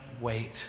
wait